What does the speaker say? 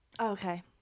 Okay